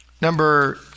number